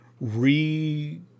re